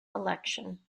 election